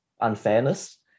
unfairness